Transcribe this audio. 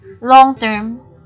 long-term